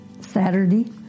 Saturday